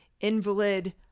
invalid